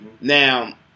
Now